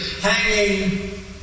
hanging